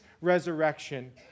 resurrection